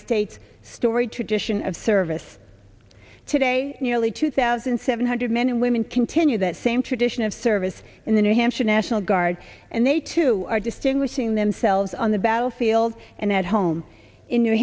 state's storied tradition of service today nearly two thousand seven hundred men and women continue that same tradition of service in the new hampshire national guard and they too are distinguishing themselves on the battlefield and at home in new